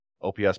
OPS